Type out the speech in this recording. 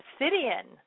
obsidian